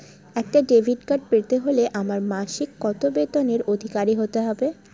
একটা debit card পেতে হলে আমার মাসিক কত বেতনের অধিকারি হতে হবে?